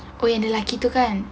oh yang lelaki tu kan